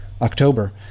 October